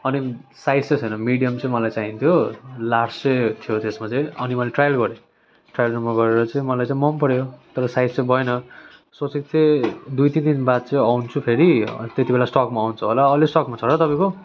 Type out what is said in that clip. अनि साइज चाहिँ छैन मिडियम चाहिँ मलाई चाहिन्थ्यो लार्ज चाहिँ थियो त्यसमा चाहिँ अनि मैले ट्रायल गरेँ ट्रायल रुममा गरेर चाहिँ मलाई चाहिँ मनपर्यो तर साइज चाहिँ भएन सोचेक थिएँ दुई तिन बाद चाहिँ आउँछु फेरि अनि त्यति बेला स्टकमा आउँछ होला अहिले स्टकमा छ र तपाईँको